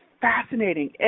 fascinating